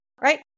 right